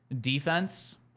Defense